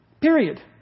Period